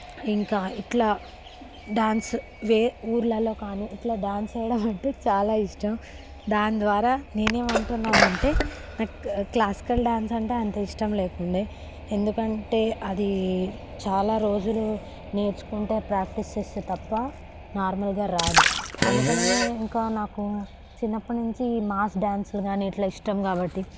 ఇంకా ఇట్లా డాన్స్ వే ఊరిలో కాని ఇట్ల డాన్స్ వేయడం అంటే చాలా ఇష్టం దాని ద్వారా నేను ఏమి అంటున్నానంటే నాకు క్లాసికల్ డాన్స్ అంటే అంత ఇష్టం లేకుండే ఎందుకంటే అది చాలా రోజులు నేర్చుకుంటే ప్రాక్టీస్ చేస్తే తప్ప నార్మల్గా రాదు అందుకనే ఇంకా నాకు చిన్నప్పటినుంచి మాస్ డాన్స్ కాని ఇట్లా ఇష్టం కాబట్టి